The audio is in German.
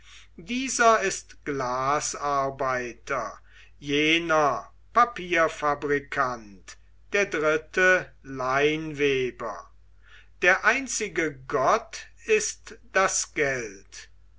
dieser ist glasarbeiter jener papierfabrikant der dritte leinweber der einzige gott ist das geld